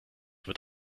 wird